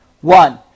One